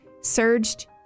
surged